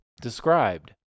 described